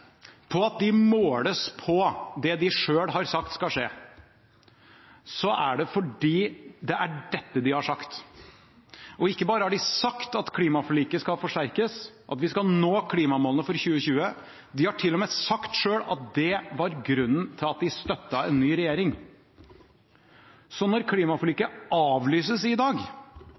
for at de måles på det de selv har sagt skal skje, er det fordi det er dette de har sagt. Og ikke bare har de sagt at klimaforliket skal forsterkes, at vi skal nå klimamålene for 2020, de har til og med sagt selv at det var grunnen til at de støttet en ny regjering. Så når klimaforliket avlyses i dag,